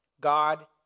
God